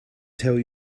tell